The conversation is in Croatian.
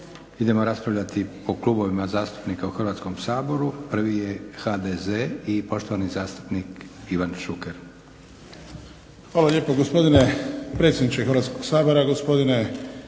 Idemo raspravljati po klubovima zastupnika u Hrvatskom saboru. Prvi je HDZ i poštovani zastupnik Ivan Šuker. **Šuker, Ivan (HDZ)** Hvala lijepo gospodine predsjedniče Hrvatskog sabora, gospodine